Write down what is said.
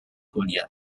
kuliah